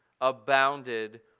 abounded